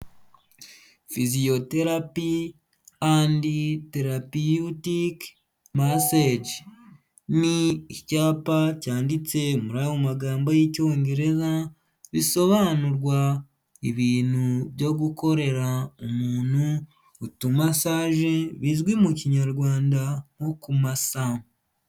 Physiotherapy and therapeutic massage, ni icyapa cyanditse mu magambo y'icyongereza bisobanurwa ibintu byo gukorera umuntu utumasage bizwi mu Kinyarwanda nko kumasa.